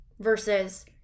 versus